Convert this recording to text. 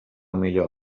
millor